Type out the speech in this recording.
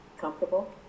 comfortable